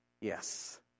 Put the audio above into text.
yes